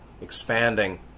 expanding